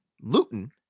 Luton